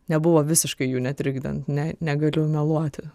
nebuvo visiškai jų netrikdant ne negaliu meluoti